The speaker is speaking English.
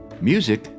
Music